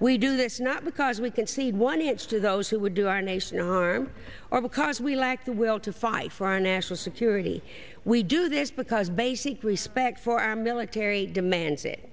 we do this not because we can see one it's to those who would do our nation arm or because we lack the will to fight for our national security we do this because basic respect for our military demands it